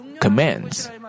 commands